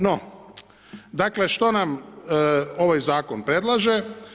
No, dakle što nam ovaj zakon predlaže?